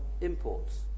imports